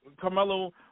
Carmelo